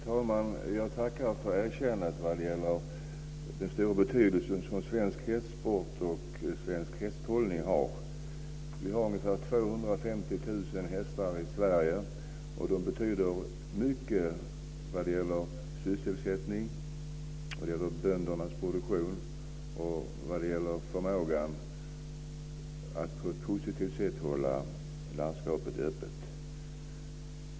Fru talman! Jag tackar för erkännandet av den stora betydelse som svensk hästsport och svensk hästhållning har. Vi har ungefär 250 000 hästar i Sverige, och de betyder mycket för sysselsättningen, för böndernas produktion och för förmågan att hålla landskapet öppet.